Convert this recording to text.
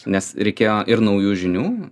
nes reikėjo ir naujų žinių